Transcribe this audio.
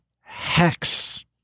hex